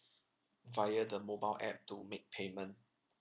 via the mobile app to make payment